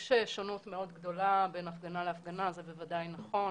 יש שונות מאוד גדולה בין הפגנה להפגנה וזה בוודאי נכון.